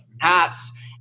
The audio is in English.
hats